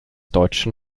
deutschen